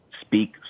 speak